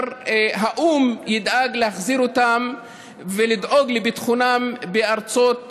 האו"ם ידאג להחזיר אותם ולדאוג לביטחונם בארצות שונות,